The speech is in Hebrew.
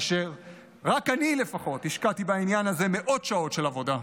אשר רק אני לפחות השקעתי בעניין הזה מאות שעות של עבודה,